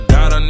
God